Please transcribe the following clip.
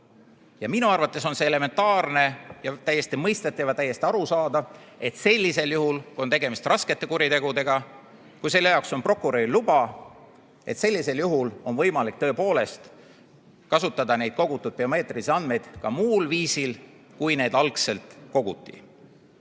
Minu arvates on see elementaarne ja täiesti mõistetav ja täiesti arusaadav, et sellisel juhul, kui on tegemist raskete kuritegudega ja kui selle jaoks on prokuröri luba, on võimalik tõepoolest kasutada neid kogutud biomeetrilisi andmeid ka muul viisil, kui need algselt koguti. Kui